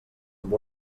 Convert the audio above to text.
amb